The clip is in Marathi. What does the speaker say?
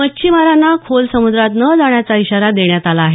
मच्छिमारांना खोल समुद्रात न जाण्याचा इशारा देण्यात आला आहे